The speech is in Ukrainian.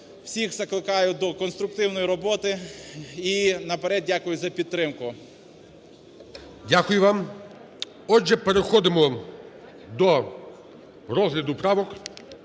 всіх закликаю до конструктивної роботи і наперед дякую за підтримку. ГОЛОВУЮЧИЙ. Дякую вам. Отже, переходимо до розгляду правок.